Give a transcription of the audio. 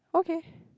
okay